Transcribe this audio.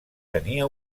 tenia